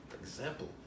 example